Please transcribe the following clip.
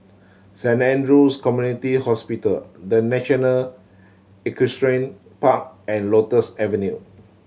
Saint Andrew's Community Hospital The National Equestrian Park and Lotus Avenue